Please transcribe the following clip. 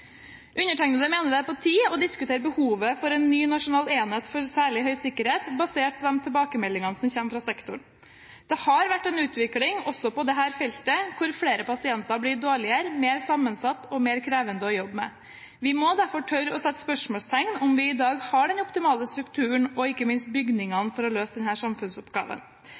Undertegnede mener det er på tide å diskutere behovet for en ny nasjonal enhet for særlig høy sikkerhet basert på de tilbakemeldingene som kommer fra sektoren. Det har vært en utvikling også på dette feltet, hvor flere pasienter blir dårligere, mer sammensatte og mer krevende å jobbe med. Vi må derfor tørre å sette spørsmålstegn ved om vi i dag har den optimale strukturen og ikke minst bygningene for å løse denne samfunnsoppgaven.